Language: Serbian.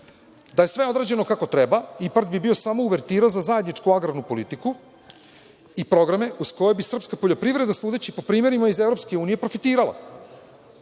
je sve odrađeno kako treba, IPARD bi bio samo uvertira za zajedničku agrarnu politiku i programe uz koje bi srpska poljoprivreda, sudeći po primerima iz EU, profitirala.